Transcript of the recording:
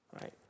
right